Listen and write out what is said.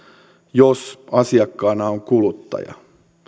jos asiakkaana on kuluttaja